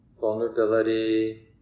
vulnerability